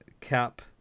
cap